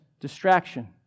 distraction